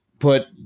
put